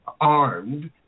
armed